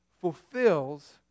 fulfills